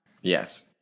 Yes